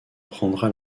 prendra